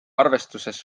arvestuses